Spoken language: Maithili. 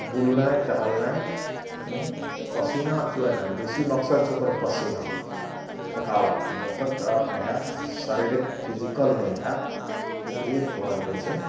बुलनाइ टहलनाइ ओ पसीना चुएनाइ बेसी मकसद छै ओकर पसीना थकाओट जबतक ट्राउड नहि हाएत शारीरिक फिजिकल नहि हाएत ओकरे कहल जाइत छै